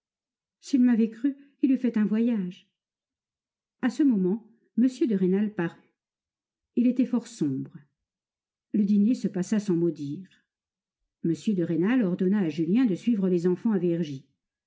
s'il m'avait cru il eût fait un voyage a ce moment m de rênal parut if était fort sombre le dîner se passa sans mot dire m de rênal ordonna à julien de suivre les enfants à